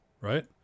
right